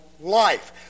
life